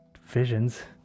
visions